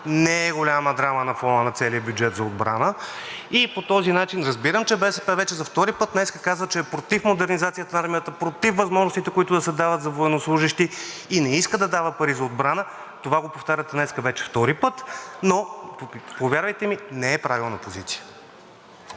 не е голяма драма на фона на целия бюджет за отбрана, и по този начин разбирам, че вече БСП за втори път днес казва, че е против модернизацията на армията, против възможностите, които да се дават за военнослужещи, и не иска да дава пари за отбрана, това го повтаряте днес вече втори път, но повярвайте ми, не е правилна позиция.